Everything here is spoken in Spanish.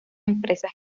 empresas